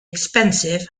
expensive